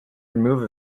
remove